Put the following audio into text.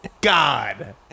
God